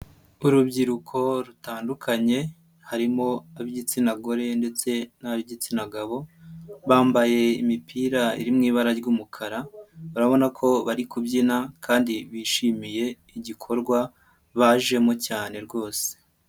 Urubyiruko rutandukanye, harimo ab'igitsina gore ndetse n'ab'igitsina gabo, bambaye imipira iri mu ibara ry'umukara, ubarabona ko bari kubyina kandi bishimiye igikorwa bajemo cyane rwose.